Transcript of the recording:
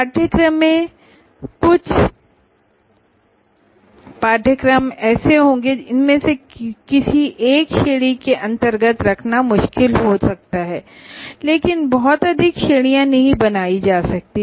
इनमें से कुछ कोर्सेज को किसी एक श्रेणी के अंतर्गत रखना मुश्किल हो सकता है लेकिन बहुत अधिक श्रेणियां नहीं बनाई जा सकती हैं